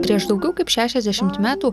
prieš daugiau kaip šešiasdešimt metų